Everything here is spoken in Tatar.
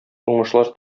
уңышлар